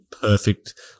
perfect